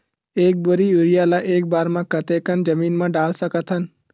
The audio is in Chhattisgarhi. एक बोरी यूरिया ल एक बार म कते कन जमीन म डाल सकत हन?